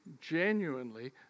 genuinely